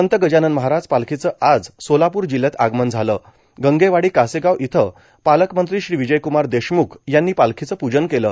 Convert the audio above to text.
संत गजानन महाराज पालखीचं आज सोलापूर जिल्हयात आगमन झालं गंगेवाडी कासेगाव इथं पालकमंत्री श्री विजयक्रमार देशमुख यांनी पालखीचं पूजन केलं